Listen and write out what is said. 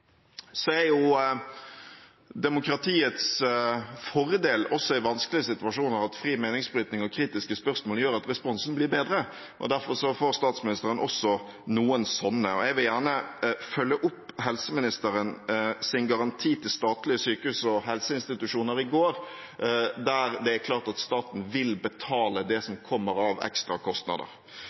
Demokratiets fordel også i vanskelige situasjoner er at fri meningsbrytning og kritiske spørsmål gjør at responsen blir bedre, og derfor får statsministeren også noen sånne. Jeg vil gjerne følge opp helseministerens garanti til statlige sykehus og helseinstitusjoner i går, der det ble klart at staten vil betale det som kommer av